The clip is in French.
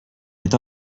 êtes